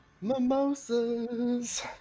Mimosas